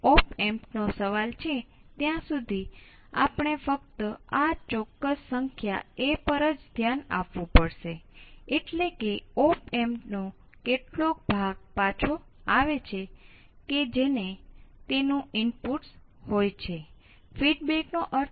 તેથી આ V1 અને V2 ની શ્રેણી છે